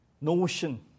notion